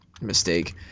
mistake